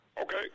Okay